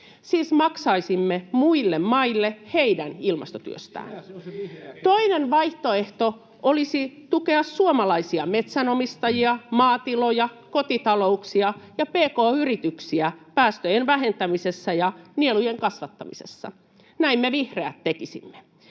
Sitä se on se vihreä keskitys!] Toinen vaihtoehto olisi tukea suomalaisia metsänomistajia, maatiloja, kotitalouksia ja pk-yrityksiä päästöjen vähentämisessä ja nielujen kasvattamisessa. Näin me vihreät tekisimme.